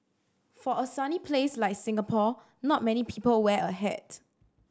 for a sunny place like Singapore not many people wear a hat